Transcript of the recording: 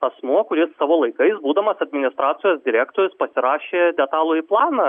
asmuo kuris savo laikai būdamas administracijos direktorius pasirašė detalųjį planą